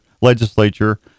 legislature